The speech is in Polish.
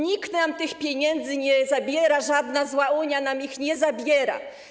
Nikt nam tych pieniędzy nie zabiera, żadna zła Unia nam ich nie zabiera.